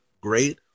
Great